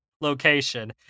location